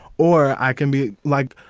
or i can be like,